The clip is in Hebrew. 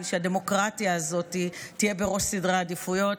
שהדמוקרטיה הזאת תהיה בראש סדרי העדיפויות.